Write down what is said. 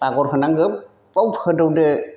बागर होनांगौ गोबाव फोदौदो